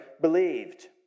believed